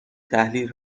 تحلیل